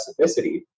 specificity